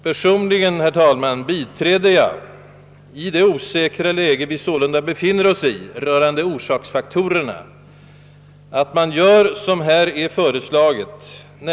Personligen, herr talman, biträder jag, i det osäkra läge vi sålunda befinner oss i när det gäller orsaksfaktorerna, att man gör som här är föreslaget.